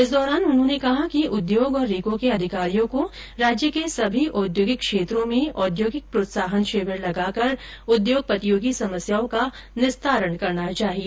इस दौरान उन्होंने कहा कि उद्योग और रीको के अधिकारियों को राज्य के सभी औद्योगिक क्षेत्रों में औद्योगिक प्रोत्साहन शिविर लगाकर उद्योगपतियों की समस्याओं का निस्तारण करना चाहिए